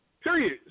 Period